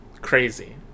Crazy